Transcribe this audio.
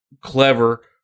clever